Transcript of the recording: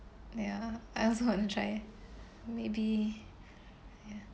ya I ask want to try maybe ya